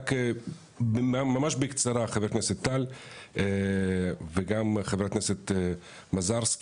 רק ממש בקצרה, חבר הכנסת טל וגם חבר הכנסת מזרסקי,